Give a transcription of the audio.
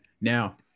Now